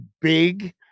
big